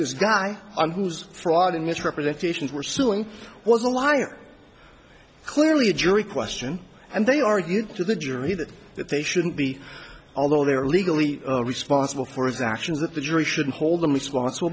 this guy who's fraud and misrepresentations were suing was a liar clearly a jury question and they argued to the jury that that they shouldn't be although they are legally responsible for his actions that the jury should hold them responsible